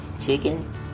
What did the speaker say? chicken